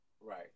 Right